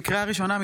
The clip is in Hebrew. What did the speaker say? לקריאה ראשונה,